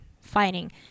fighting